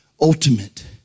ultimate